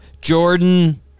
Jordan